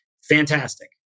Fantastic